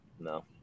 No